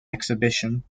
exhibition